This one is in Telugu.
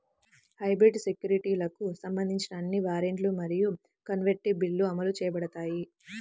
హైబ్రిడ్ సెక్యూరిటీలకు సంబంధించిన అన్ని వారెంట్లు మరియు కన్వర్టిబుల్లు అమలు చేయబడతాయి